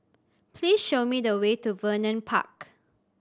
please show me the way to Vernon Park